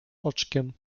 oczkiem